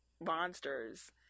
monsters